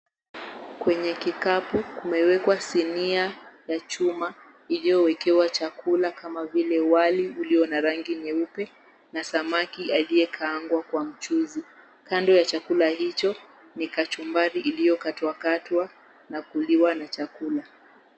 Kwenye kikapu kumewekwa sinia ya chuma iliyowekewa chakula kama vile wali uliona rangi nyeupe na samaki aliyekangwa kwa mchuzi. Kando ya chakula hicho ni kachumbari iliyokatwakatwa na kuliwa na chakula.